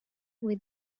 with